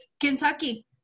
Kentucky